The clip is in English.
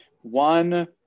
One